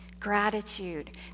Gratitude